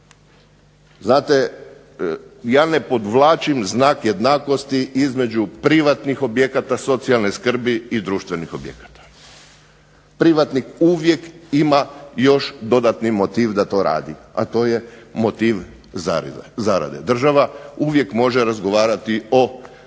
prehrane. Ja ne podvlačim znak jednakosti između privatnih objekata socijalne skrbi i društvenih objekata. Privatni uvijek ima još dodatni motiv da to radi, a to je motiv zarade. Država uvijek može razgovarati o